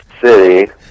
City